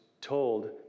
told